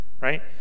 right